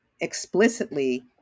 explicitly